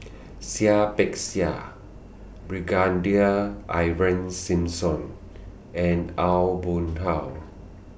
Seah Peck Seah Brigadier Ivan Simson and Aw Boon Haw